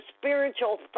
spiritual